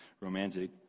romantic